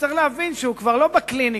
שצריך להבין שהוא כבר לא בקליניקה,